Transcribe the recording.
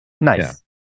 nice